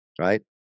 right